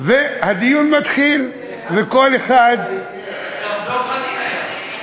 הדיון מתחיל, וכל אחד, גם דב חנין היה.